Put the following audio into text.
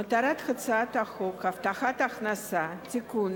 מטרת הצעת חוק הבטחת הכנסה (תיקון,